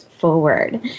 forward